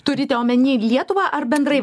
turite omeny ir lietuvą ar bendrai